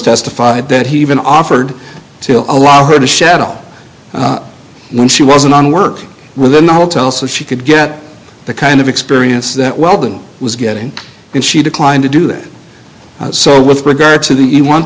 testified that he even offered to allow her to shadow when she wasn't on work within the hotel so she could get the kind of experience that weldon was getting in she declined to do that so with regard to the one